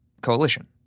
coalition